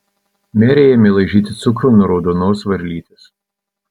merė ėmė laižyti cukrų nuo raudonos varlytės